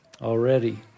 already